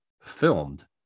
filmed